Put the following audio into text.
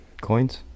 coins